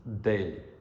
daily